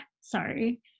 sorry